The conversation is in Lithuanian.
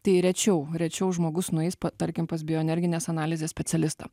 tai rečiau rečiau žmogus nueis pa tarkim pas bio energinės analizės specialistą